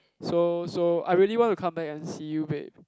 so so I really want to come back and see you babe